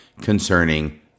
concerning